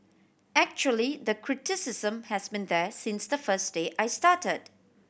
actually the criticism has been there since the first day I started